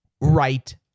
right